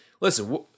listen